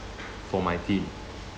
for my team